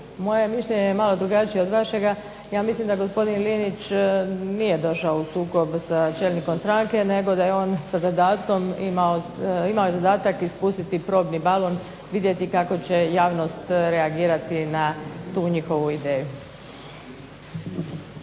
moje mišljenje je malo drugačije od vašega, ja mislim da gospodin Linić nije došao u sukob sa čelnikom stranke nego da je on imao zadatak ispustiti probni balon, vidjeti kako će javnost reagirati na tu njihovu ideju.